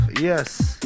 Yes